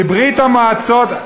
כי ברית-המועצות,